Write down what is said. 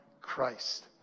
christ